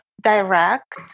direct